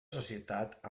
societat